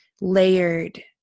layered